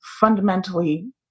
fundamentally